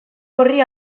horri